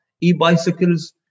e-bicycles